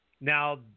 Now